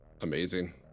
Amazing